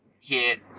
hit